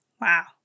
Wow